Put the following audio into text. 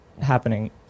happening